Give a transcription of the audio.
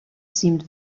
seemed